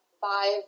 five